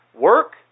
Work